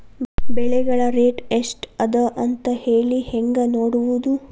ಬೆಳೆಗಳ ರೇಟ್ ಎಷ್ಟ ಅದ ಅಂತ ಹೇಳಿ ಹೆಂಗ್ ನೋಡುವುದು?